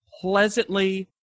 pleasantly